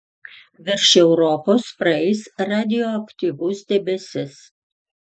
virš europos praeis radioaktyvus debesis